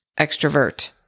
Extrovert